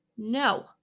No